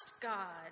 God